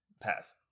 pass